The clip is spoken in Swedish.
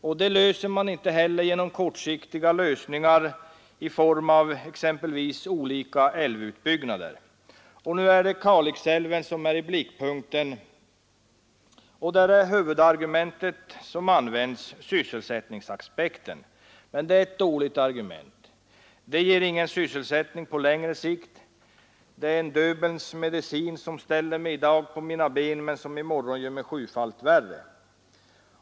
Det är inte ett problem som man klarar genom kortsiktiga lösningar i form av exempelvis olika älvutbyggnader. Nu är Kalix älv i blickpunkten. Huvudargumentet har varit sysselsättningsaspekten, men det är ett dåligt argument. En utbyggnad ger ingen sysselsättning på längre sikt, det är en Döbelns medicin som ”hjälper mig i dag på mina ben” men som i morgon gör mig sjufalt värre.